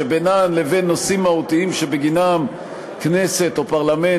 שבינן לבין נושאים מהותיים שבגינם כנסת או פרלמנט